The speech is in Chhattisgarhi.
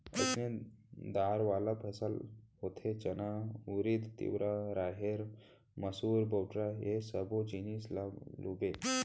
अइसने दार वाला फसल होथे चना, उरिद, तिंवरा, राहेर, मसूर, बटूरा ए सब्बो जिनिस ल लूबे